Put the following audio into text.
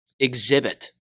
exhibit